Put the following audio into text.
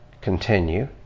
continue